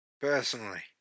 personally